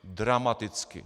Dramaticky.